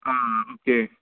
आ okay